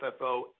FFO